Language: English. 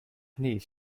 niece